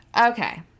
Okay